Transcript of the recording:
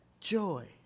joy